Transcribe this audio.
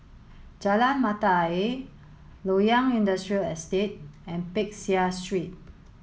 Jalan Mata Ayer Loyang Industrial Estate and Peck Seah Street